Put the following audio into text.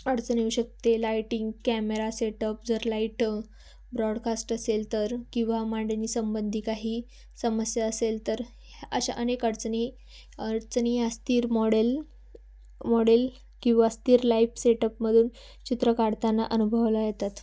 अडचण येऊ शकते लाईटिंग कॅमेरा सेटअप जर लाईट ब्रॉडकास्ट असेल तर किंवा मांडणीसंबंधी काही समस्या असेल तर ह् अशा अनेक अडचणी अडचणी या स्थिर मॉडेल मॉडेल किंवा स्थिर लाईफ सेटअपमधून चित्र काढताना अनुभवाला येतात